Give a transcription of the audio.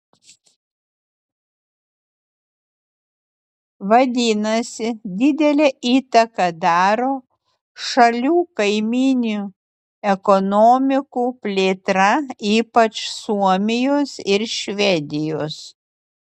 vadinasi didelę įtaką daro šalių kaimynių ekonomikų plėtra ypač suomijos ir švedijos